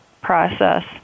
process